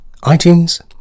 iTunes